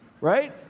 right